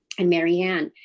and mary ann.